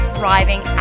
thriving